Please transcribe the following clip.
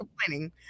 complaining